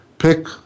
pick